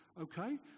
okay